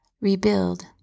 rebuild